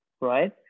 Right